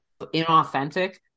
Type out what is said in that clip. inauthentic